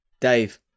Dave